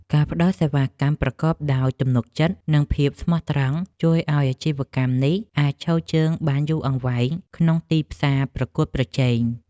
ការផ្ដល់សេវាកម្មប្រកបដោយទំនុកចិត្តនិងភាពស្មោះត្រង់ជួយឱ្យអាជីវកម្មនេះអាចឈរជើងបានយូរអង្វែងក្នុងទីផ្សារប្រកួតប្រជែង។